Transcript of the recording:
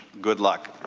good luck.